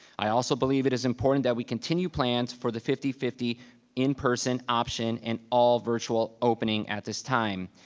i also believe it is important that we continue plans for the fifty fifty in-person option and all virtual opening at this time.